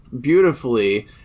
beautifully